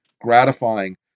gratifying